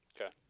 Okay